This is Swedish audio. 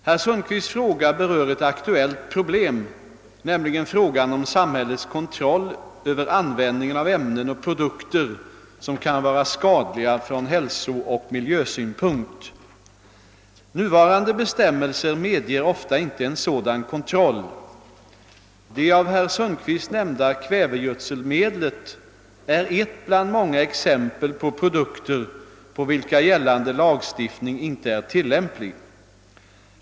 Herr Sundkvists fråga berör ett aktuellt problem, nämligen frågan om samhällets kontroll över användningen av ämnen och produkter som kan vara skadliga från hälsooch miljösynpunkt. Nuvarande bestämmelser medger ofta inte en sådan kontroll. Det av herr Sundkvist nämnda kvävegödselmedlet är ett bland många exempel på produkter på vilka gällande lagstiftning inte är tillämplig.